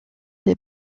des